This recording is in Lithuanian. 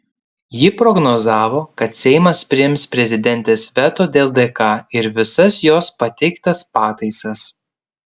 ji prognozavo kad seimas priims prezidentės veto dėl dk ir visas jos pateiktas pataisas